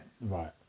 right